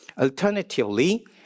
Alternatively